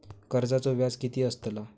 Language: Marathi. कर्जाचो व्याज कीती असताला?